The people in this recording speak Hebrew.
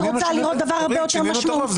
הייתי רוצה לראות דבר הרבה יותר משמעותי.